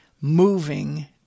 moving